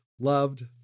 loved